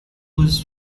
was